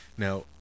Now